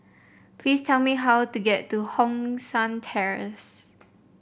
please tell me how to get to Hong San Terrace